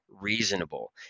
Reasonable